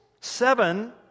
seven